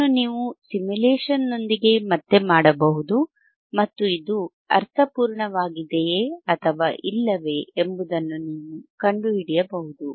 ಇದನ್ನು ನೀವು ಸಿಮ್ಯುಲೇಶನ್ನೊಂದಿಗೆ ಮತ್ತೆ ಮಾಡಬಹುದು ಮತ್ತು ಇದು ಅರ್ಥಪೂರ್ಣವಾಗಿದೆಯೆ ಅಥವಾ ಇಲ್ಲವೇ ಎಂಬುದನ್ನು ನೀವು ಕಂಡುಹಿಡಿಯಬಹುದು